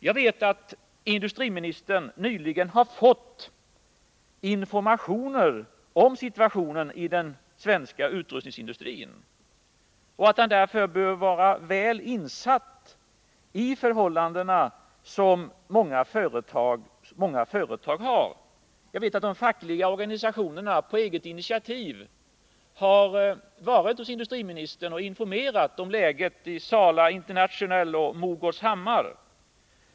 Jag vet att industriministern nyligen har fått informationer om situationen i den svenska utrustningsindustrin och att han därför bör vara väl insatt i de förhållanden som många företag har. Jag vet att de fackliga organisationerna på eget initiativ har varit hos industriministern och informerat honom om läget i Sala International.